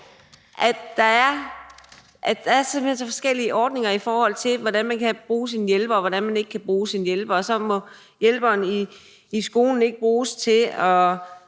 hen er så forskellige ordninger, i forhold til hvordan man kan bruge sin hjælper, og hvordan man ikke kan bruge sin hjælper: Så må hjælperen i skolen ikke bruges, og